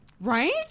Right